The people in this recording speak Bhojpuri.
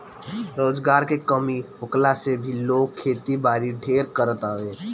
रोजगार के कमी होखला से भी लोग खेती बारी ढेर करत हअ